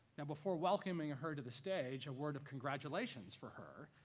now before welcoming her to the stage, a word of congratulations for her,